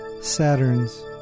Saturn's